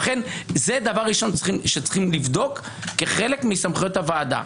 לכן זה הדבר הראשון שצריכים לבדוק כחלק מסמכויות הוועדה.